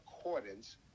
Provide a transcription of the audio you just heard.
accordance